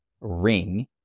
ring